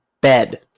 bed